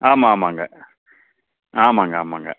ஆமாம் ஆமாம்ங்க ஆமாம்ங்க ஆமாம்ங்க